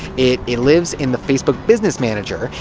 it it lives in the facebook business manager,